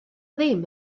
ddim